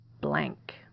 blank